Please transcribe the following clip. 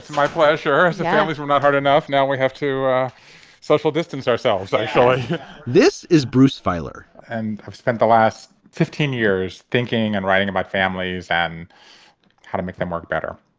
my pleasure. some families were not hard enough. now we have two social distance ourselves i saw this is bruce feiler and i've spent the last fifteen years thinking and writing about families and how to make them work better